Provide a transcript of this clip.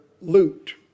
loot